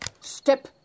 step